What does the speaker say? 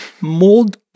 mold